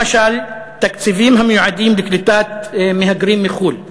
למשל: תקציבים המיועדים לקליטת מהגרים מחו"ל,